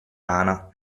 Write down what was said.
rana